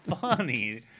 funny